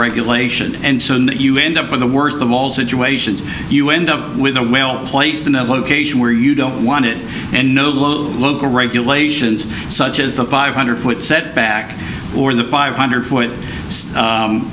regulation and so you end up with the worst of all situations you end up with a well placed in a location where you don't want it and know the local regulations such as the five hundred foot setback or the five hundred foot